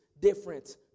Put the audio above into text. different